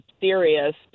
serious